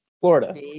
Florida